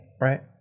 Right